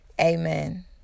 amen